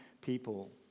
people